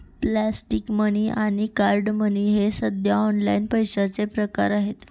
plastic money आणि card money हे सध्या ऑनलाइन पैशाचे प्रकार आहेत